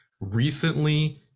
recently